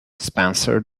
spencer